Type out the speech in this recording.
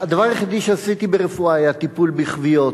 הדבר היחידי שעשיתי ברפואה היה טיפול בכוויות,